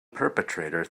perpetrator